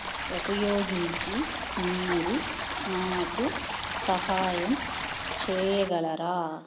ఉపయోగించి మీరు నాకు సహాయం చేయగలరా